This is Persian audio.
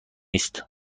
است